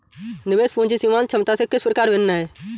निवेश पूंजी सीमांत क्षमता से किस प्रकार भिन्न है?